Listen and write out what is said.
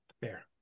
Fair